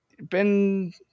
Ben